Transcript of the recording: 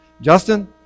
Justin